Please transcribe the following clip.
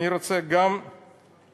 אני רוצה גם אולי